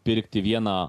pirkti vieną